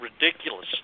ridiculous